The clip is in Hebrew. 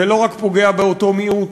זה לא פוגע רק באותו מיעוט,